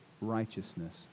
righteousness